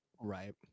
Right